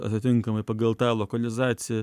atitinkamai pagal tą lokalizaciją